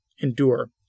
Endure